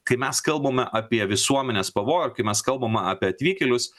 kai mes kalbame apie visuomenės pavojų kai mes kalbame apie atvykėlius